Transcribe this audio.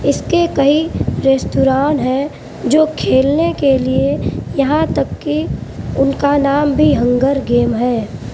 اس کے کئی ریستوران ہیں جو کھیلنے کے لیے یہاں تک کہ ان کا نام بھی ہنگر گیم ہے